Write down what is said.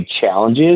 challenges